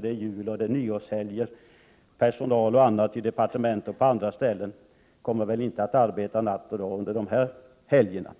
Sedan kommer juloch nyårshelger, och personal och andra i departementet och på andra ställen kommer väl inte att arbeta natt och dag under de helgerna.